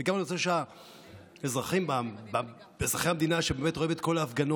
וגם אני רוצה שאזרחי המדינה שרואים את כל ההפגנות,